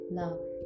love